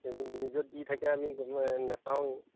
এইবোৰ নিউজত দি থাকে আমি নেপাওঁয়েই